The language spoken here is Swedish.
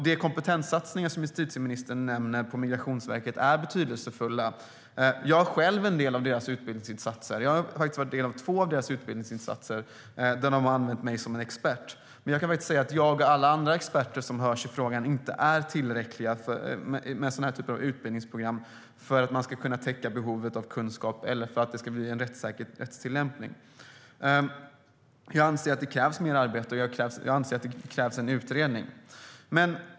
De kompetenssatsningar på Migrationsverket som justitieministern nämner är betydelsefulla. Jag är själv en del av deras utbildningsinsatser; jag har varit del av två av dem, där de har använt mig som expert. Jag kan dock säga att jag och alla andra experter som hörs i frågan inte är tillräckliga i den här typen av utbildningsprogram när det gäller att täcka behovet av kunskap eller skapa en rättssäker rättstillämpning. Jag anser att det krävs mer arbete, och jag anser att det krävs en utredning.